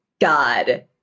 God